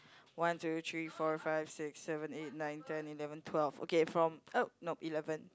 one two three four five six seven eight nine ten eleven twelve okay from oh nope eleven